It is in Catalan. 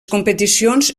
competicions